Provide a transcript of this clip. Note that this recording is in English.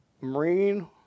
Marine